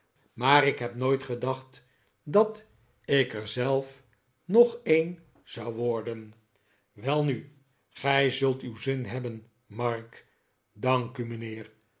maar ik heb nooit gedacht dat ik er zelf nog eeu zou worden welnu gij zult uw zin hebben mark dank u mijnheer